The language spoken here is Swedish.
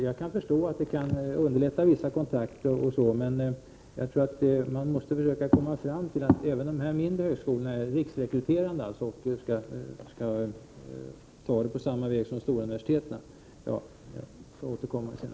Jag kan förstå att det kan underlätta vissa kontakter, men jag tror vi måste komma ihåg att de mindre högskolorna är riksrekryterande på samma vis som universiteten.